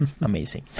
amazing